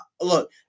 Look